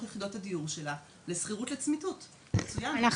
יחידות הדיור שלה לשכירות לצמיתות או לטווח ארוך".